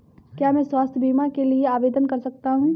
क्या मैं स्वास्थ्य बीमा के लिए आवेदन कर सकता हूँ?